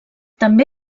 també